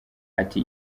ati